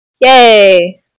Yay